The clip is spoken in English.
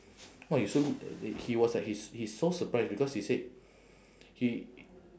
!wah! you so good he was like he's he's so surprised because he said he